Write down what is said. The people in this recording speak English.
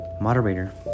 Moderator